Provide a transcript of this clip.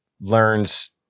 learns